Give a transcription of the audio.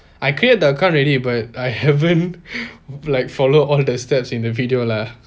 I cleared the card already but I haven't like follow all the steps in the video lah